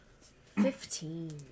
Fifteen